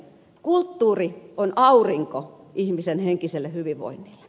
kulttuuri on aurinko ihmisen henkiselle hyvinvoinnille